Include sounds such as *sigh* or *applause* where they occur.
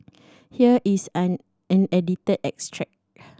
here is an edited extract *noise*